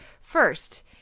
first